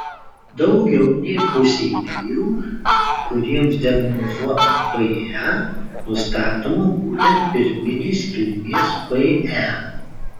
daugiau nei pusei vyrų kuriems diagnozuota pe nustatoma būtent pirminės kilmės pe